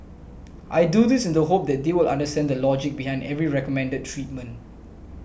I do this in the hope that they will understand the logic behind every recommended treatment